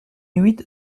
huit